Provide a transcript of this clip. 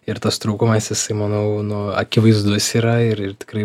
ir tas trūkumas jisai manau nu akivaizdus yra ir ir tikrai